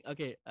Okay